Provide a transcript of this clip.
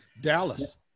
Dallas